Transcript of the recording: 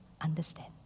understand